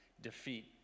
defeat